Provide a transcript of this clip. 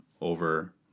over